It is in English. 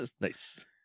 Nice